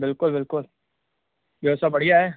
बिल्कुलु बिल्कुलु ॿियो सभु बढ़िया आहे